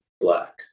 black